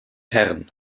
herren